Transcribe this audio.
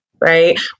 right